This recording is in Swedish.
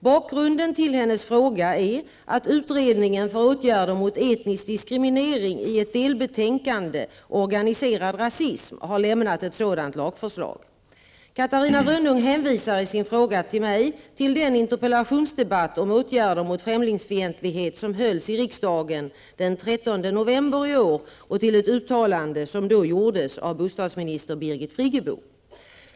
Bakgrunden till hennes fråga är att utredningen för åtgärder mot etnisk diskriminering i ett delbetänkande, Organiserad rasism (SOU Rönnung hänvisar i sin fråga till mig till den interpellationsdebatt om åtgärder mot främlingsfientlighet som hölls i riksdagen den 13 november i år och till ett uttalande som då gjordes av bostadsminister Birgit Friggebo.